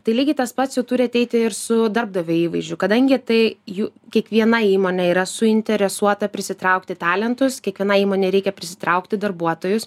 tai lygiai tas pats jau turi ateiti ir su darbdavio įvaizdžiu kadangi tai ju kiekviena įmonė yra suinteresuota prisitraukti talentus kiekvienai įmonei reikia prisitraukti darbuotojus